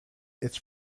its